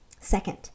Second